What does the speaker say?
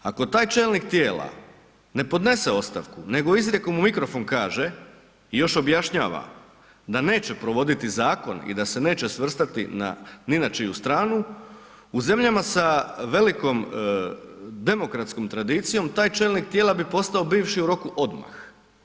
Ako taj čelnik tijela ne podnese ostavku nego izrijekom u mikrofon kaže i još objašnjava da neće provoditi zakon i da se neće svrstati ni na čiju stranu u zemljama sa velikom demokratskom tradicijom taj čelnik tijela bi postao bivši u roku odmah.